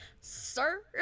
Sir